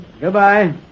Goodbye